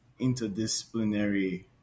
interdisciplinary